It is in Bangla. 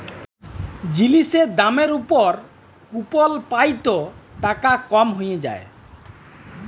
জিলিসের দামের উপর কুপল পাই ত টাকা কম হ্যঁয়ে যায়